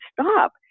stop